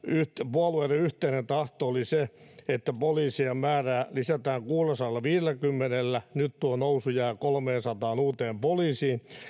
puolueiden yhteinen tahto oli se että poliisien määrää lisätään kuudellasadallaviidelläkymmenellä nyt tuo nousu jää kolmeensataan uuteen poliisiin